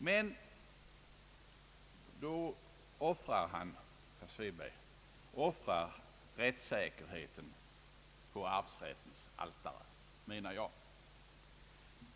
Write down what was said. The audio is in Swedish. Men genom sitt ståndpunktstagande offrar herr Svedberg rättssäkerheten på arvsrättens altare. Det är detta som är det bekymmersamma.